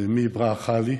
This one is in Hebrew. מי ברחה לי?